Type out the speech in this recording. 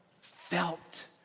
felt